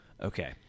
okay